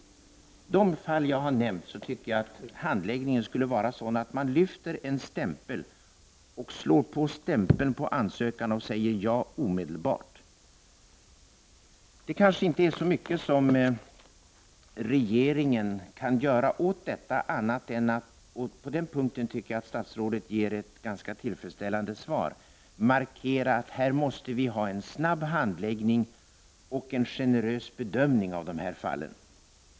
I sådana fall som jag nämnt anser jag att handläggningen skall vara sådan att man lyfter en stämpel och slår stämpeln på ansökan och säger ja omedelbart. Regeringen kan kanske inte göra så mycket åt detta -- och på den punkten tycker jag att statsrådet ger ett ganska tillfredsställande svar -- annat än markera att det måste ske en snabb handläggning och en generös bedömning av dessa fall.